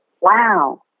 wow